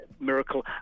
miracle